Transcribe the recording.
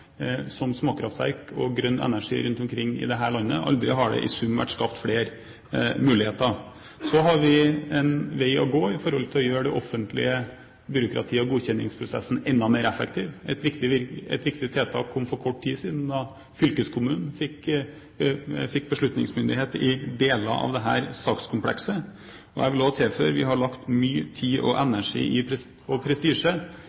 som småkraftverk og grønn energi rundt omkring i dette landet. Aldri har det i sum vært skapt flere muligheter. Så har vi en vei å gå for å gjøre det offentlige byråkratiet og godkjenningsprosessen enda mer effektiv. Et viktig tiltak kom for kort tid siden da fylkeskommunen fikk beslutningsmyndighet i deler av dette sakskomplekset. Jeg vil også tilføye at vi har lagt mye tid, energi og